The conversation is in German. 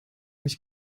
ich